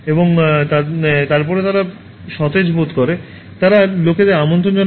এবং তারপরে তারা সতেজ বোধ করে তারা লোকদের আমন্ত্রণ জানায়